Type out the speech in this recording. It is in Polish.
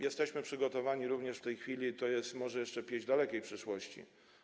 Jesteśmy przygotowani, również w tej chwili, i to jest może jeszcze pieśń dalekiej przyszłości.